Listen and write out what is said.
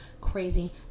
crazy